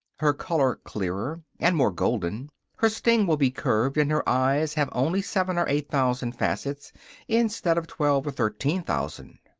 her color clearer, and more golden her sting will be curved, and her eyes have only seven or eight thousand facets instead of twelve or thirteen thousand.